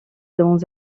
dans